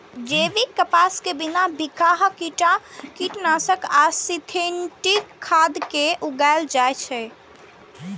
जैविक कपास कें बिना बिखाह कीटनाशक आ सिंथेटिक खाद के उगाएल जाए छै